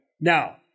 Now